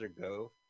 go